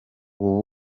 ubu